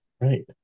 Right